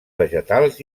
vegetals